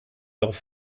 darauf